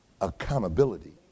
Accountability